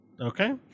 Okay